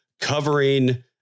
covering